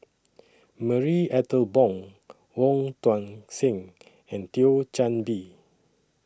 Marie Ethel Bong Wong Tuang Seng and Thio Chan Bee